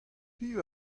piv